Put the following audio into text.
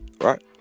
Right